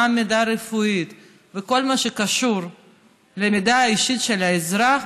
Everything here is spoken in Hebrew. גם מידע רפואי וכל מה שקשור למידע אישי של האזרח,